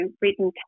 written